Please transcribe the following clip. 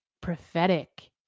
prophetic